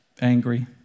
angry